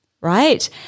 right